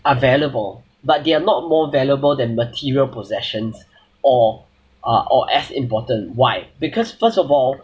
are valuable but they are not more valuable than material possessions or uh or as important why because first of all